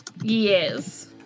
Yes